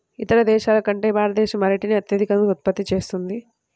ఇతర దేశాల కంటే భారతదేశం అరటిని అత్యధికంగా ఉత్పత్తి చేస్తుంది